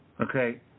Okay